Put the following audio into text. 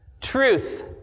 truth